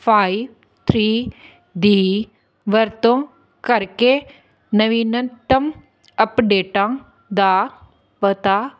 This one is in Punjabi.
ਫਾਈਵ ਥ੍ਰੀ ਦੀ ਵਰਤੋਂ ਕਰਕੇ ਨਵੀਨਤਮ ਅਪਡੇਟਾਂ ਦਾ ਪਤਾ